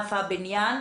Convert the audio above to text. בענף הבנייה.